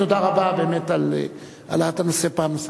תודה רבה באמת על העלאת הנושא פעם נוספת.